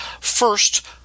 First